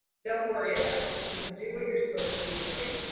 don't worry about it. just do what you're supposed to be doing.